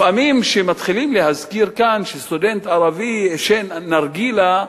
לפעמים כשמתחילים להזכיר כאן שסטודנט ערבי עישן נרגילה,